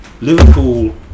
Liverpool